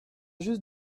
juste